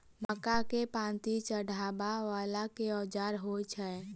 मक्का केँ पांति चढ़ाबा वला केँ औजार होइ छैय?